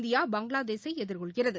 India பங்களாதேசை எதிர்கொள்கிறது